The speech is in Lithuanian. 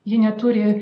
ji neturi